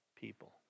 people